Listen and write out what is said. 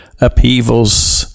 upheavals